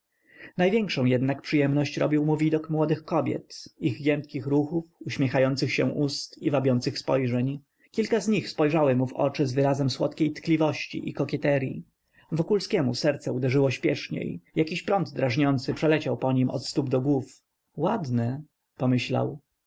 największą jednak przyjemność robił mu widok młodych kobiet ich giętkich ruchów uśmiechających się ust i wabiących spojrzeń kilka z nich spojrzały mu prosto w oczy z wyrazem słodkiej tkliwości i kokieteryi wokulskiemu serce uderzyło śpieszniej jakiś prąd drażniący przeleciał po nim od stóp do głów ładne pomyślał